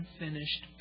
unfinished